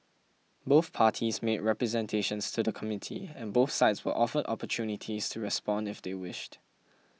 both parties made representations to the Committee and both sides were offered opportunities to respond if they wished